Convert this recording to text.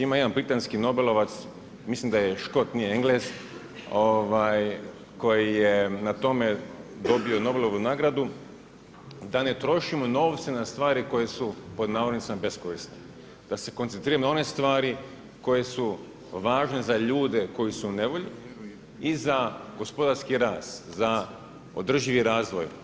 Ima jedan britanski nobelovac, mislim da je Škot, nije Englez, koji je na tome dobio Nobelovu nagradu, da ne trošimo novce na stvari koje su pod navodnicima beskorisne, da se koncentriramo na one stvari koje su važne za ljude koji su u nevolji i za gospodarski rast, za održivi razvoj.